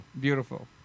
Beautiful